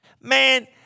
Man